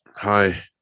Hi